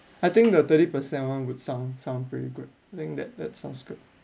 I think the thirty percent one would sound sound pretty good I think that that sounds good